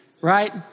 right